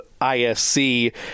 ISC